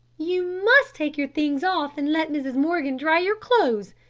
you must take your things off and let mrs. morgan dry your clothes,